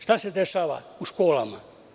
Šta se dešava u školama?